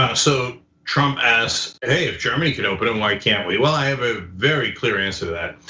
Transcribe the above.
um so trump asked, hey, if germany could open them, why can't we? well, i have a very clear answer to that.